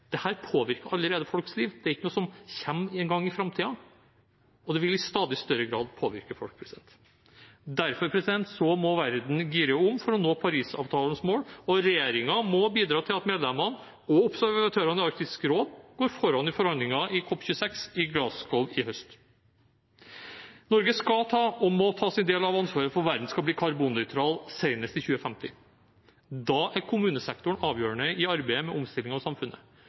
påvirker allerede folks liv, det er ikke noe som kommer en gang i framtiden, og det vil i stadig større grad påvirke folk. Derfor må verden gire om for å nå Parisavtalens mål, og regjeringen må bidra til at medlemmene og observatørene i Arktisk råd går foran i forhandlingene i COP26 i Glasgow i høst. Norge skal og må ta sin del av ansvaret for at verden skal bli karbonnøytral senest i 2050. Da er kommunesektoren avgjørende i arbeidet med omstillingen av samfunnet